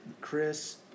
Chris